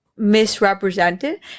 misrepresented